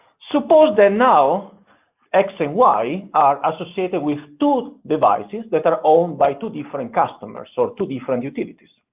suppose that now x and y are associated with two devices that are owned by two different customers, so two different utilities,